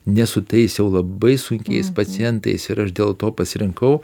ne su tais jau labai sunkiais pacientais ir aš dėl to pasirinkau